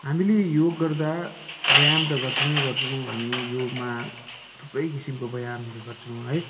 हामीले योग गर्दा व्यायाम त गर्छौँ नै गर्छौँ हामी योगमा थुप्रै किसिमको व्यायामहरू गर्छौँ है